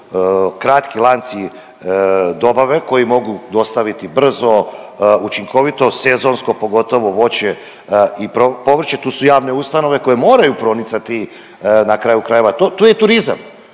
kratki lanci dobave koji mogu dostaviti brzo, učinkovito sezonsko pogotovo voće i povrće, tu su javne ustanove koje moraju promicati na kraju krajeva, tu je turizam